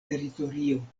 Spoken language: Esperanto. teritorio